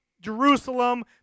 Jerusalem